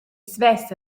svess